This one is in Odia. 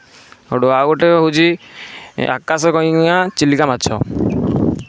ସେଇଠୁ ଆଉ ଗୋଟିଏ ହେଉଛି ଆକାଶ କଇଁଆ ଚିଲିକା ମାଛ